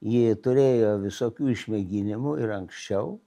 ji turėjo visokių išmėginimų ir anksčiau